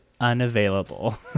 unavailable